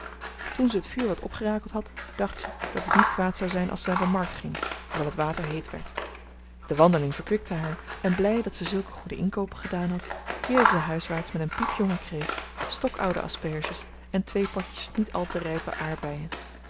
toen ze het vuur wat opgerakeld had dacht ze dat het niet kwaad zou zijn als ze naar de markt ging terwijl het water heet werd de wandeling verkwikte haar en blij dat ze zulke goede inkoopen gedaan had keerde zij huiswaarts met een piepjonge kreeft stokoude asperges en twee potjes niet al te rijpe aardbeien